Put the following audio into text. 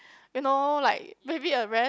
you know like maybe a rant